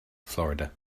florida